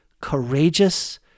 courageous